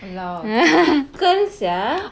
!walao! typical sia